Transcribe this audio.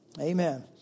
Amen